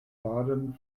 baden